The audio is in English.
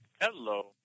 Hello